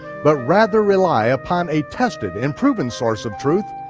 but rather rely upon a tested and proven source of truth,